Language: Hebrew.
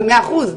מאה אחוז,